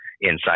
inside